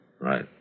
Right